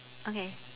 okay